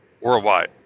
worldwide